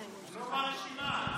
הוא לא ברשימה.